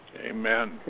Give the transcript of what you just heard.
amen